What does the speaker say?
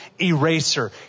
eraser